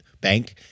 Bank